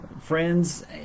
friends